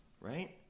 Right